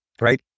right